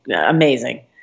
amazing